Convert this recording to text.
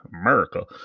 America